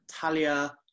Talia